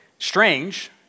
Strange